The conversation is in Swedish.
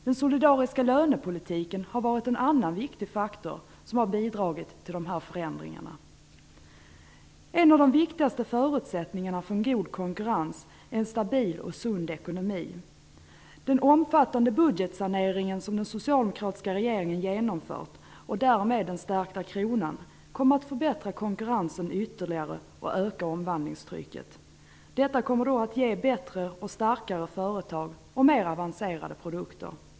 Den solidariska lönepolitiken har varit en annan viktig faktor som har bidragit till förändringarna. En av de viktigaste förutsättningarna för en god konkurrens är en stabil och sund ekonomi. Den omfattande budgetsaneringen som den socialdemokratiska regeringen genomfört och därmed den stärkta kronan kommer att förbättra konkurrensen ytterligare samt öka omvandlingstrycket. Detta kommer att ge bättre och starkare företag och mer avancerade produkter.